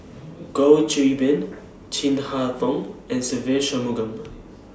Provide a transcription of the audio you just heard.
Goh Qiu Bin Chin Harn Tong and Se Ve Shanmugam